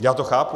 Já to chápu.